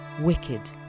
wicked